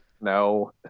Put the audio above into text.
No